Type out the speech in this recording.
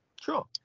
sure